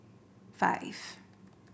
five